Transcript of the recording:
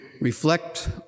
reflect